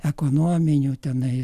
ekonominių tenais